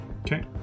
Okay